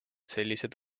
sellised